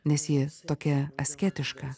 nes ji tokia asketiška